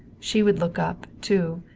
she would look up, too,